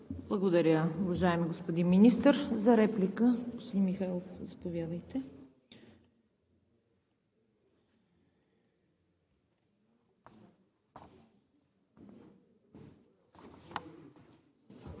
Благодаря, уважаеми господин Министър. За реплика – господин Михайлов, заповядайте.